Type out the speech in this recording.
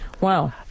Wow